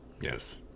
Yes